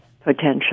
potential